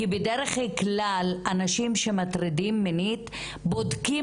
כי בדרך כלל אנשים שמטרידים מינית בודקים